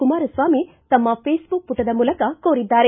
ಕುಮಾರಸ್ವಾಮಿ ತಮ್ನ ಫೇಸ್ಬುಕ್ ಪುಟದ ಮೂಲಕ ಕೋರಿದ್ದಾರೆ